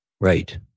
Right